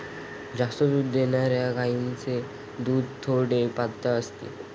जास्त दूध देणाऱ्या गायीचे दूध थोडे पातळ असते